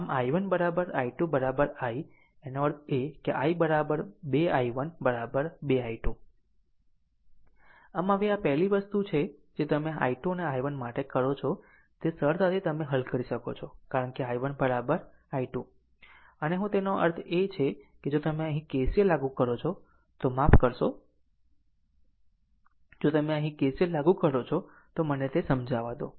આમ i1 i2 i એનો અર્થ છે i 2 i1 2 i2 આમ હવે આ પહેલી વસ્તુ છે જે તમે i2 અને i1 માટે કરો છો તે સરળતાથી તમે હલ કરી શકો છો કારણ કે i1 i2 અને હું તેનો અર્થ એ છે કે જો તમે અહીં KCL લાગુ કરો છો તો માફ કરશો જો તમે અહીં KCL લાગુ કરો છો તો મને તે સમજાવા દો